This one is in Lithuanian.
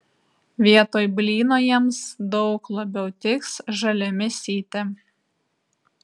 vietoj blyno jiems daug labiau tiks žalia mėsytė